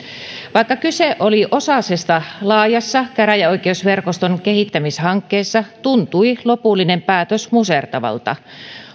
vaikka kyse oli osasesta laajassa käräjäoikeusverkoston kehittämishankkeessa tuntui lopullinen päätös musertavalta